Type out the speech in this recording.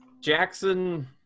Jackson